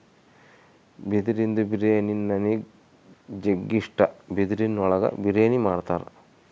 ಬಿದಿರಿಂದು ಬಿರಿಯಾನಿ ನನಿಗ್ ಜಗ್ಗಿ ಇಷ್ಟ, ಬಿದಿರಿನ್ ಒಳಗೆ ಬಿರಿಯಾನಿ ಮಾಡ್ತರ